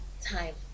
time